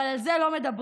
אבל על זה לא מדברים.